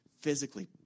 Physically